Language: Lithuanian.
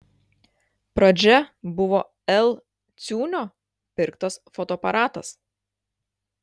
pradžia buvo l ciūnio pirktas fotoaparatas